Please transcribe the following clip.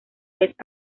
vez